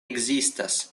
ekzistas